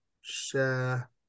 share